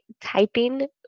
typing